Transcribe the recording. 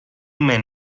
men